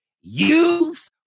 use